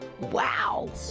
wow